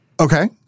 Okay